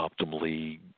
optimally